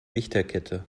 lichterkette